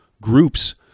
groups